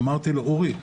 אמרתי לו: אורי,